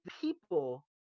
people